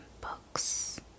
books